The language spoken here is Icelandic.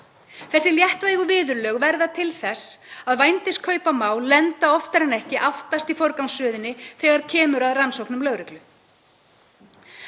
Þessi léttvægu viðurlög verða til þess að vændiskaupamál lenda oftar en ekki aftast í forgangsröðinni þegar kemur að rannsóknum lögreglu.